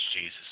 Jesus